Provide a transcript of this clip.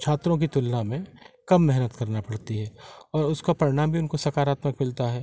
छात्रों की तुलना में कम मेहनत करना पड़ती है और उसका परिणाम भी उनको सकारात्मक मिलता है